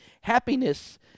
Happiness